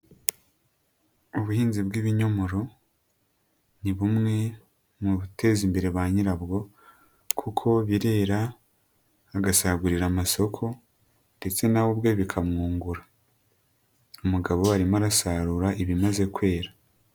Ubuhinzi bw'ibinyomoro, ni bumwe mu buteza imbere ba nyirabwo kuko birera agasagurira amasoko ndetse na we ubwe bikamwungura. Umugabo arimo arasarura ibimaze kwera.